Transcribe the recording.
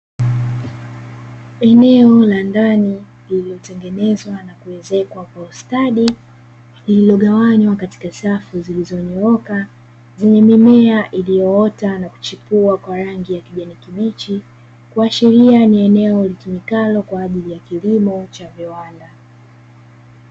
Eneo la ndani lililotengenezwa na kuezwekwa kwa ustadi, lililogawanywa katika safu zilizonyooka zenye mimea iliyoota na kuchipua kwa rangi ya kijani kibichi, kuashiria ni eneo litumikalo kwa ajili ya kilimo cha viwanda.